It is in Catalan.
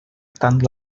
tant